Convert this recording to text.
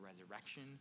resurrection